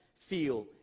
feel